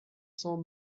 cents